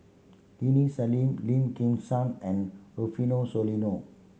Aini Salim Lim Kim San and Rufino Soliano